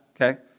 okay